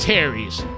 Terry's